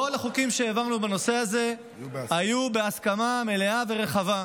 כל החוקים שהעברנו בנושא הזה היו בהסכמה מלאה ורחבה,